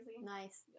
Nice